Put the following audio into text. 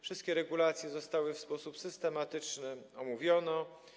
Wszystkie regulacje zostały w sposób systematyczny omówione.